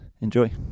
enjoy